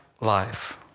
Life